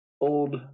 old